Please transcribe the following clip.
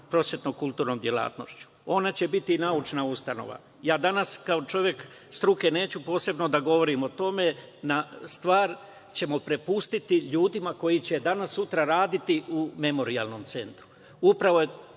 prosvetno-kulturnom delatnošću. Ona će biti naučna ustanova. Ja danas, kao čovek struke, neću posebno da govorim o tome. Na stvar ćemo prepustiti ljudima, koji će danas-sutra raditi u Memorijalnom centu. Upravo to